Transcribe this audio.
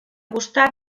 costat